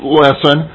lesson